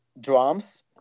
drums